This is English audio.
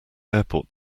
airport